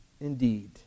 indeed